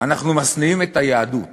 אנחנו משניאים את היהדות